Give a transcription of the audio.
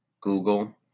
Google